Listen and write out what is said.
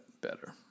better